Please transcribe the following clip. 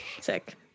sick